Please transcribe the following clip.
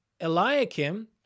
Eliakim